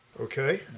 okay